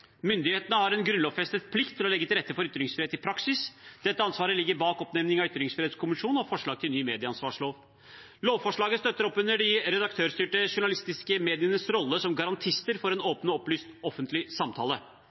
Myndighetene har en grunnlovsfestet plikt til å legge til rette for ytringsfrihet i praksis. Dette ansvaret ligger bak oppnevningen av ytringsfrihetskommisjonen og forslaget til ny medieansvarslov. Lovforslaget støtter opp under de redaktørstyrte journalistiske medienes rolle som garantister for en åpen og opplyst offentlig samtale.